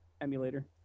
emulator